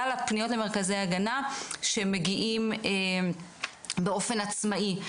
הפניות למרכזי ההגנה מגיעים באופן עצמאי.